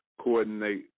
coordinate